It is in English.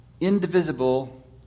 indivisible